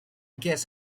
guess